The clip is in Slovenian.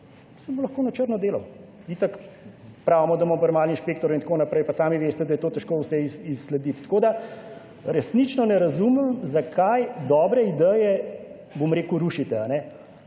bo lahko na črno delal. Itak pravimo, da imamo premalo inšpektorje in tako naprej, pa sami veste, da je to težko vse izslediti. Tako da resnično ne razumem zakaj dobre ideje, bom rekel, rušite.